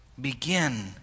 begin